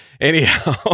anyhow